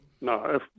No